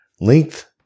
Length